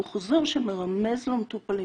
הוא חוזר שמרמז למטופלים,